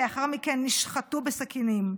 לאחר מכן נשחטו בסכינים.